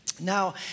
Now